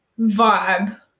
vibe